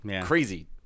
crazy